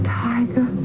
tiger